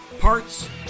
parts